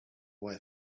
boy